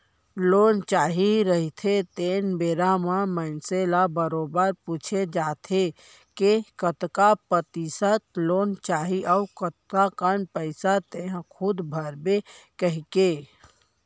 loan चाही रहिथे तेन बेरा म मनसे ल बरोबर पूछे जाथे के कतका परतिसत लोन चाही अउ कतका कन पइसा तेंहा खूद भरबे कहिके